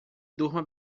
durma